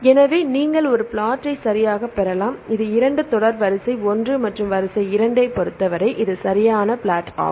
எனவே நீங்கள் ஒரு பிளாட்டைச் சரியாகப் பெறலாம் இது இரண்டு தொடர் வரிசை ஒன்று மற்றும் வரிசை 2 ஐப் பொறுத்தவரை அவை சரியான பிளாட் ஆகும்